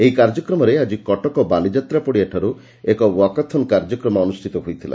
ଏହି କାର୍ଯ୍ୟକ୍ରମରେ ଆକି କଟକ ବାଲିଯାତ୍ରା ପଡ଼ିଆଠାରୁ ଏକ ଓ୍ୱାକାଥନ କାର୍ଯ୍ୟକ୍ରମ ଅନୁଷ୍ଠିତ ହୋଇଥିଲା